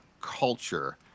culture